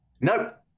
Nope